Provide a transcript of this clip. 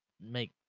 make